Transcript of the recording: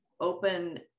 open